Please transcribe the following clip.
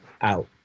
out